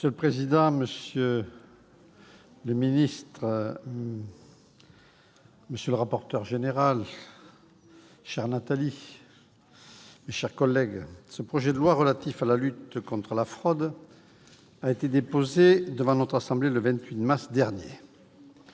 Monsieur le président, monsieur le ministre, monsieur le rapporteur général, madame la rapporteur pour avis, chère Nathalie, mes chers collègues, ce projet de loi relatif à la lutte contre la fraude a été déposé devant notre assemblée le 28 mars dernier.